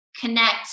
connect